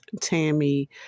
Tammy